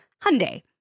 Hyundai